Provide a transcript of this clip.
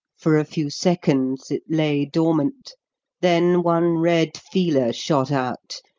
for a few seconds it lay dormant then one red feeler shot out,